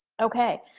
okay.